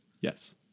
Yes